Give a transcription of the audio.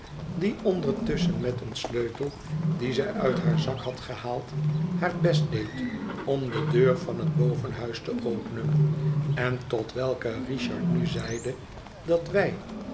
die ondertusschen met een sleutel dien zij uit haar zak had gehaald haar best deed om de deur van het bovenhuis te openen en tot welke richard nu zeide dat wij